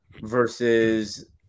versus